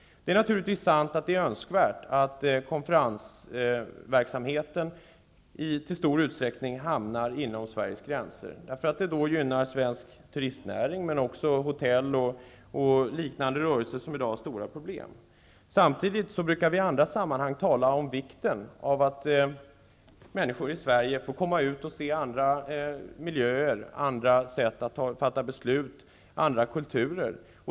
Det är naturligtvis önskvärt att konferensverksamhet i stor utsträckning hamnar inom Sverige. Det gynnar svensk turistnäring och hotellrörelser och liknande, som i dag har stora problem. Samtidigt brukar vi i andra sammanhang tala om vikten av att människor i Sverige får komma ut och se andra miljöer, andra sätt att fatta beslut, andra kulturer.